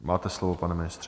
Máte slovo, pane ministře.